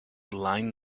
line